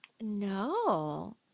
No